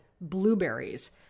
blueberries